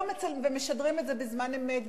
ומשדרים את זה בזמן אמת.